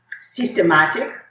systematic